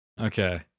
Okay